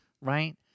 Right